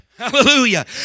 Hallelujah